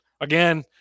again